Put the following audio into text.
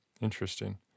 Interesting